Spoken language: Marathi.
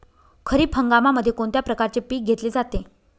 खरीप हंगामामध्ये कोणत्या प्रकारचे पीक घेतले जाते?